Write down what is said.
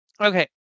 Okay